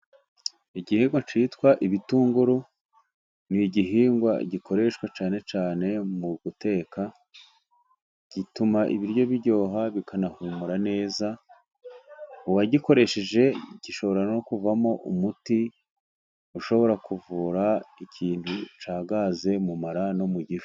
ilIgihingwa cyitwa ibitunguru ni igihingwa gikoreshwa cyane cyane mu guteka, gituma ibiryo biryoha bikanahumura neza, uwagikoresheje gishobora no kuvamo umuti, ushobora kuvura ikintu cya gaze mu mara no mu gifu.